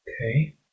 Okay